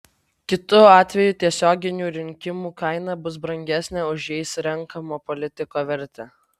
kitu atveju tiesioginių rinkimų kaina bus brangesnė už jais renkamo politiko vertę